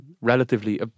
relatively